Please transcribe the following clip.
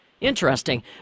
Interesting